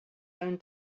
own